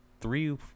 three